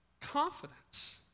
confidence